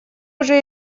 уже